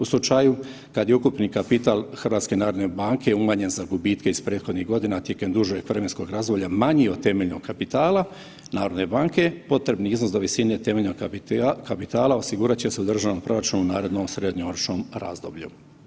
U slučaju kad je ukupni kapital HNB-a umanjen za gubitke iz prethodnih godina tijekom dužeg vremenskog razdoblja manji od temeljnog kapitala HNB-a potrebni iznos do visine temeljnog kapitala osigurat će se u državnom proračunu u narednom srednjoročnom razdoblju.